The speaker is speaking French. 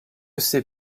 ces